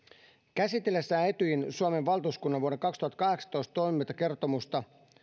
käsitellessään etyjin suomen valtuuskunnan vuoden kaksituhattakahdeksantoista toimintakertomusta